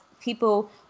people